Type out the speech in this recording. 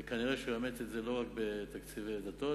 וכנראה הוא יאמץ את זה לא רק בתקציבי דתות,